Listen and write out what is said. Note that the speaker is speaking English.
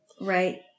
right